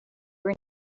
were